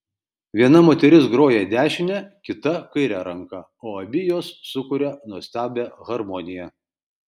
viena moteris groja dešine kita kaire ranka o abi jos sukuria nuostabią harmoniją